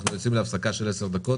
אנחנו יוצאים להפסקה של 10 דקות,